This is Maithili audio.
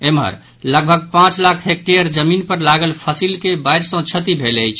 एम्हर लगभग पांच लाख हेक्टेयर जमीन पर लागल पसिल के बाढ़ि सॅ क्षति भेल अछि